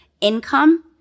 income